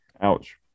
Ouch